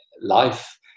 life